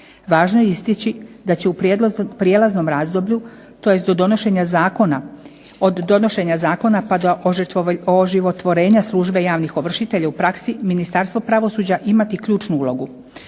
Važno je istaći da će u prijelaznom razdoblju tj. do donošenja zakona, od donošenja zakona pa do oživotvorenja službe javnih ovršitelja u praksi Ministarstvo pravosuđa imati ključnu ulogu.